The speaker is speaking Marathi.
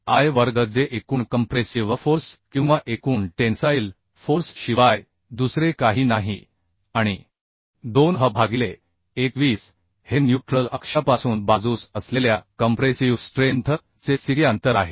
yi वर्ग जे एकूण कंप्रेसिव्ह फोर्स किंवा एकूण टेन्साईल फोर्स शिवाय दुसरे काही नाही आणि 2h भागिले 21 हे न्यूट्रल अक्षापासून बाजूस असलेल्या कंप्रेसिव्ह स्ट्रेंथ चे sigi अंतर आहे